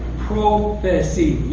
pro phecy.